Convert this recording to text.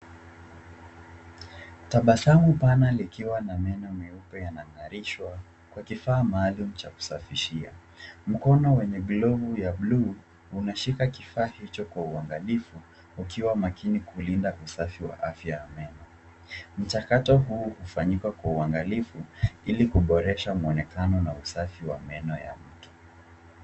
Tabasamu pana likiwa na meno meupe yanang'arishwa kwa kifaa maalum cha kusafishia. Mkono wenye glovu ya bluu unashika kifaa hicho kwa uangalifu ukiwa makini kulinda usafi wa afya ya meno. Mchakato huu hufanyika kwa uangalifu ili kuboresha mwonekano na usafi wa meno ya mtu.